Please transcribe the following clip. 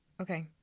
okay